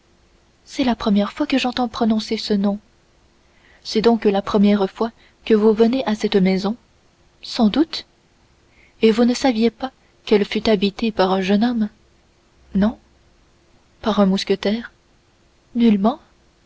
c'est la première fois que j'entends prononcer ce nom c'est donc la première fois que vous venez à cette maison sans doute et vous ne saviez pas qu'elle fût habitée par un jeune homme non par un mousquetaire nullement